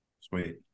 Sweet